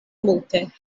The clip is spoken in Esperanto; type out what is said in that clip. multe